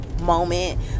moment